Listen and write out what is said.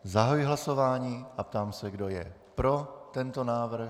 Zahajuji hlasování a ptám se, kdo je pro tento návrh.